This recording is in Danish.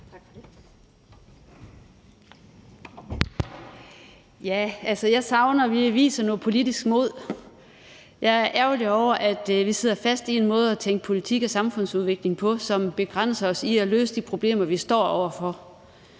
Tak for det.